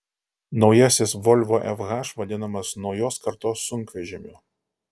naujasis volvo fh vadinamas naujos kartos sunkvežimiu